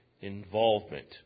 involvement